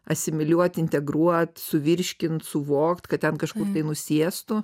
asimiliuot integruot suvirškint suvokt kad ten kažkur nusėstų